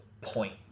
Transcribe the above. point